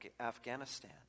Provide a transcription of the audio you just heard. Afghanistan